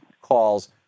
calls